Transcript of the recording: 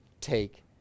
take